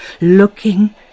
looking